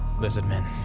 Lizardmen